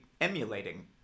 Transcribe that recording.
emulating